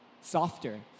softer